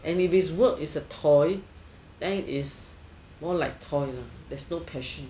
and if is work is a toy then is more like toy you know there's no passion